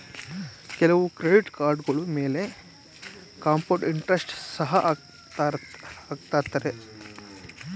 ಕೆಲವು ಕ್ರೆಡಿಟ್ ಕಾರ್ಡುಗಳ ಮೇಲೆ ಕಾಂಪೌಂಡ್ ಇಂಟರೆಸ್ಟ್ ಸಹ ಹಾಕತ್ತರೆ